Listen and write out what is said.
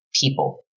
people